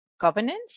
governance